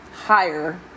higher